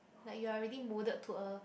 like you are already molded to a